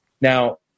Now